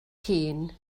hun